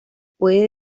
puede